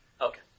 Okay